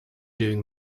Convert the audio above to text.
doing